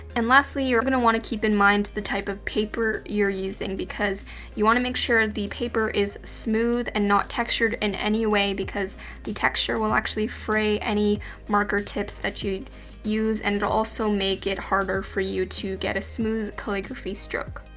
and lastly, you're gonna wanna keep in mind the type of paper you're using because you wanna make sure the paper is smooth and not textured in any way because the texture will actually fray any marker tips that you use and also make it harder for you to get a smooth calligraphy stroke.